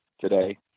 today